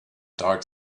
dark